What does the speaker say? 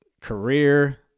career